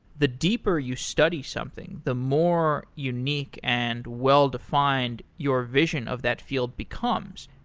the deeper you study something, the more unique and well-defined your vision of that field becomes.